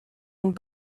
and